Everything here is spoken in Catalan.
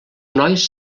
nois